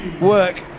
work